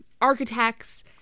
architects